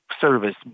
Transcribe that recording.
service